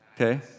okay